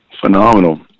Phenomenal